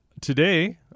today